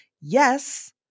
yes